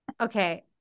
Okay